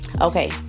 Okay